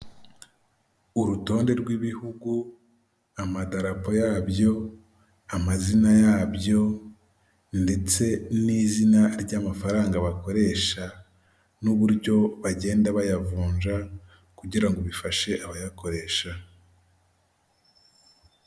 Urutonde rw'ibihugu, amadarapo yabyo, amazina yabyo ndetse n'izina ry'amafaranga bakoresha n'uburyo bagenda bayavunja kugira ngo bifashe abayakoresha.